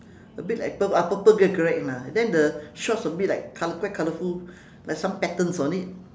a bit like pur~ ah purple grey correct nah then the shorts a bit like colour quite colourful like some patterns on it